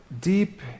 deep